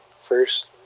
first